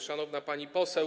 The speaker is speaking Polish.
Szanowna Pani Poseł!